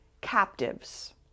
captives